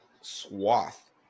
swath